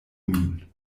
min